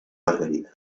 margarida